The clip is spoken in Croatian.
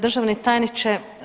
Državni tajniče.